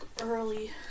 early